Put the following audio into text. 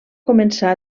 començar